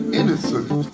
innocent